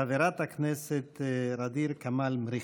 חברת הכנסת ע'דיר כמאל מריח.